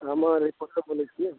हमे रिपोर्टर बोलै छियै